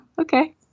Okay